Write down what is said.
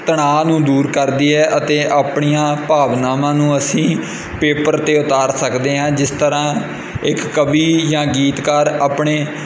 ਤਨਾਅ ਨੂੰ ਦੂਰ ਕਰਦੀ ਹੈ ਅਤੇ ਆਪਣੀਆਂ ਭਾਵਨਾਵਾਂ ਨੂੰ ਅਸੀਂ ਪੇਪਰ 'ਤੇ ਉਤਾਰ ਸਕਦੇ ਹਾਂ ਜਿਸ ਤਰ੍ਹਾਂ ਇੱਕ ਕਵੀ ਜਾਂ ਗੀਤਕਾਰ ਆਪਣੇ